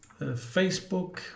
Facebook